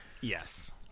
Yes